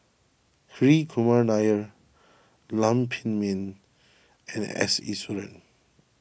Hri Kumar Nair Lam Pin Min and S Iswaran